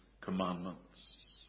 commandments